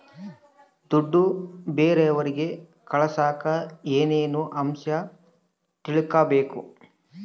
ದುಡ್ಡು ಬೇರೆಯವರಿಗೆ ಕಳಸಾಕ ಏನೇನು ಅಂಶ ತಿಳಕಬೇಕು?